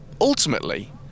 ultimately